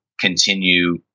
continue